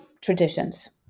traditions